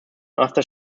after